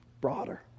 broader